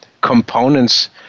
components